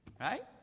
Right